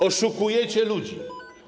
Oszukujecie ludzi.